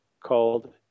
called